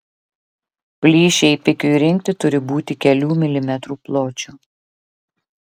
plyšiai pikiui rinkti turi būti kelių milimetrų pločio